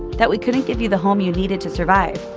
that we couldn't give you the home you needed to survive.